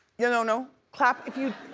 yeah no no, clap if you,